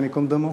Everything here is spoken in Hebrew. השם ייקום דמו?